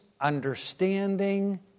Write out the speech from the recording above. understanding